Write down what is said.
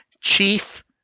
chief